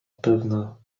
pewno